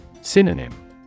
Synonym